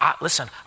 Listen